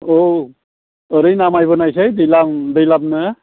औ ओरै नामायबोनायसै दैलाम दैलामनो